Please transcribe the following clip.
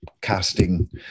casting